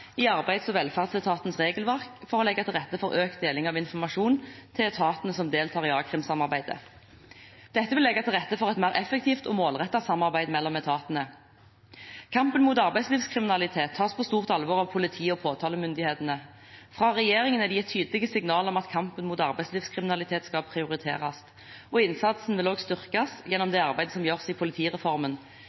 i arbeids- og velferdsetatens regelverk for å legge til rette for økt deling av informasjon til etatene som deltar i a-krimsamarbeidet. Dette vil legge til rette for et mer effektivt og målrettet samarbeid mellom etatene. Kampen mot arbeidslivskriminalitet tas på stort alvor av politiet og påtalemyndighetene. Fra regjeringen er det gitt tydelige signaler om at kampen mot arbeidslivskriminalitet skal prioriteres, og innsatsen vil også styrkes gjennom det arbeidet som gjøres i politireformen,